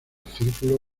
círculo